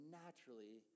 naturally